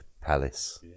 palace